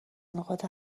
نقاط